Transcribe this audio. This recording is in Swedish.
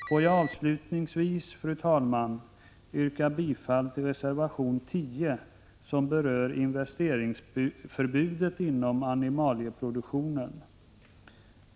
Låt mig avslutningsvis, fru talman, yrka bifall till reservation 10, som berör investeringsförbudet inom animalieproduktionen.